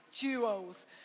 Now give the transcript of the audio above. duos